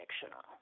fictional